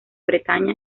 bretaña